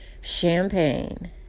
Champagne